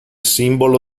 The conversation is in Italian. simbolo